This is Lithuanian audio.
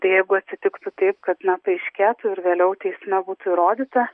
tai jeigu atsitiktų taip kad na paaiškėtų ir vėliau teisme būtų įrodyta